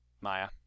Maya